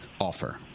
offer